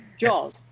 Jaws